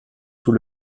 sous